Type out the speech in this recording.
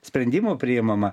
sprendimų priimama